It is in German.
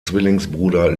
zwillingsbruder